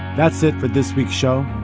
that's it for this week's show.